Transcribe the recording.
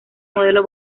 modelo